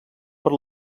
per